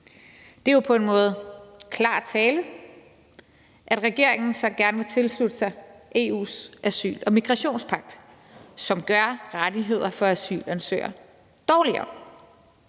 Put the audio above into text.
Det er jo på en måde klar tale, at regeringen så gerne vil tilslutte sig EU's asyl- og migrationspagt, som gør rettigheder for asylansøgere dårligere.